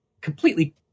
completely